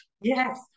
yes